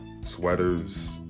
sweaters